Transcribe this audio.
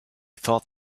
thought